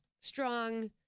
strong